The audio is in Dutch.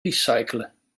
recyclen